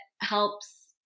helps